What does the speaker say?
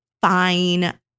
fine